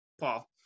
Paul